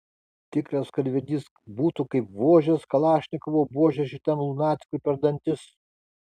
tikras karvedys būtų kaip vožęs kalašnikovo buože šitam lunatikui per dantis